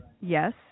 Yes